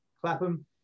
Clapham